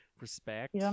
respect